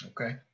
Okay